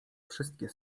wszystkie